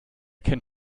kennt